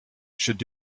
should